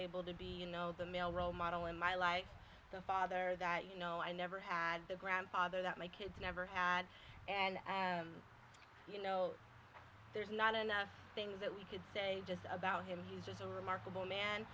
able to be in the know the male role model in my life the father that you know i never had the grandfather that my kids never had and you know there's not enough things that we could say just about him he's just a remarkable man